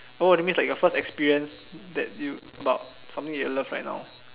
oh that means like your first experience that you about something you love right now